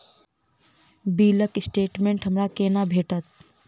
बिलक स्टेटमेंट हमरा केना भेटत?